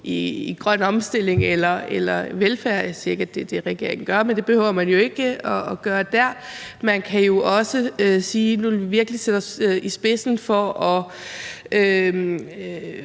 i grøn omstilling eller velfærd. Og jeg siger ikke, at det er det, regeringen gør, men det behøver man jo ikke at gøre der. Man kan jo også sige, at nu vil man virkelig sætte sig i spidsen for at